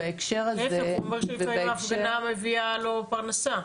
להיפך, הוא אומר שלפעמים ההפגנה מביאה לו פרנסה.